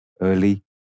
early